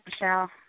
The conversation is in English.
Michelle